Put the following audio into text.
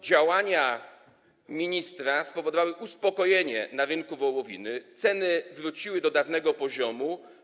Działania ministra spowodowały uspokojenie na rynku wołowiny, ceny wróciły do dawnego poziomu.